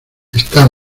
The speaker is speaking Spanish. está